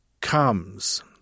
comes